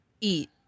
eat